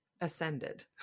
ascended